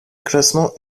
classement